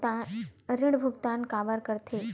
ऋण भुक्तान काबर कर थे?